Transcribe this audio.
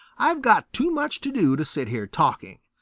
i've got too much to do to sit here talking.